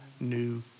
new